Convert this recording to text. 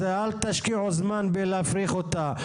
אז אל תשקיעו זמן בלהפריך אותה.